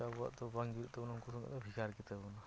ᱟᱵᱚᱣᱟᱜ ᱫᱚ ᱵᱟᱝ ᱡᱩᱨᱤᱜ ᱛᱟᱵᱚᱱᱟ ᱩᱝᱠᱩ ᱥᱚᱸᱜᱮᱫᱚ ᱵᱷᱮᱜᱟᱨ ᱜᱮᱛᱟᱵᱚᱱᱟ